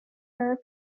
are